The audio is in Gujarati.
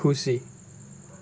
ખુશી